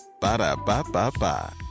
Ba-da-ba-ba-ba